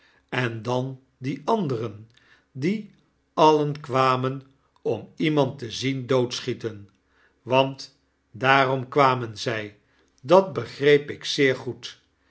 en dan die anderen die alien kwamen om iemand te zien doodschieten want d a a r o m kwamen zg dat begreep ik zeer goed